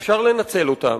אפשר לנצל אותם,